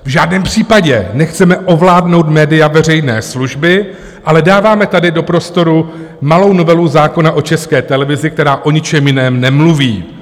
V žádném případě nechceme ovládnout média veřejné služby, ale dáváme tady do prostoru malou novelu zákona o České televizi, která o ničem jiném nemluví.